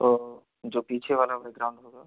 और जो पीछे वाला बैकग्राउंड होगा